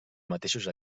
mateixos